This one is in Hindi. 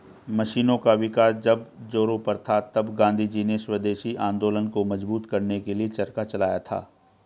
मशीनों का विकास जब जोरों पर था तब गाँधीजी ने स्वदेशी आंदोलन को मजबूत करने के लिए चरखा चलाया था